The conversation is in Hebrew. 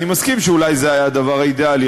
אני מסכים שאולי זה היה הדבר האידיאלי,